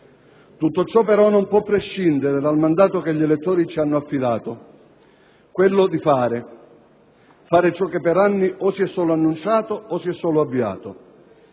Tutto ciò, però, non può prescindere dal mandato che gli elettori ci hanno affidato: quello di fare, fare ciò che per anni o si è solo annunciato o si è solo avviato.